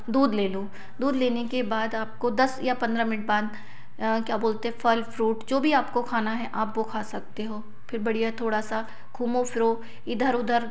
दूध ले लो दूध लेने के बाद आपको दस या पंद्रह मिंट बाद क्या बोलते फल फ़्रूट जो भी आपको खाना है आप वो खा सकते हो फिर बढ़िया थोड़ा सा घूमो फिरो इधर उधर